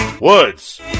woods